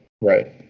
Right